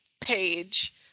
page